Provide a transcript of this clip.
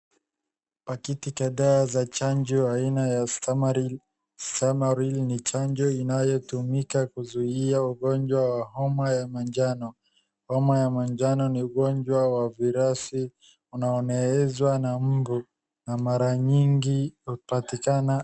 Pakiti kadhaa za chanjo aina ya Stamaril. Stamaril ni chanjo inayotumika kuzuia ugonjwa wa homa ya majano. Homa ya majano ni ugonjwa wa virus unaoenezwa na mbu na mara nyingi hupatikana...